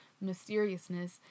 mysteriousness